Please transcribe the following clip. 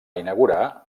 inaugurar